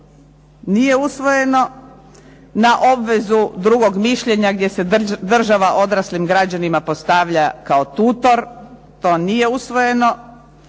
nije usvojeno na obvezu drugog mišljenja gdje se država odraslim građanima postavlja kao tutor. To nije usvojeno.